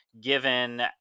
given